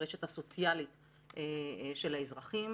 הרשת הסוציאלית של האזרחים.